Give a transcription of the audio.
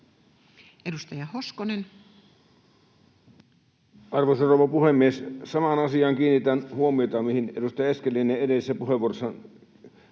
18:14 Content: Arvoisa rouva puhemies! Samaan asiaan kiinnitän huomiota, mihin edustaja Eskelinen edellisessä puheenvuorossaan